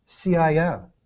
CIO